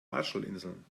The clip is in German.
marshallinseln